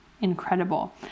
incredible